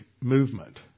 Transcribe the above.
Movement